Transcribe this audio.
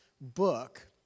book